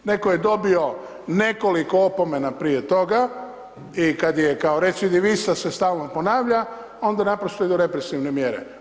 Netko je dobio nekoliko opomena prije toga i kad je kao recidivista se stalno ponavlja, onda naprosto idu represivne mjere.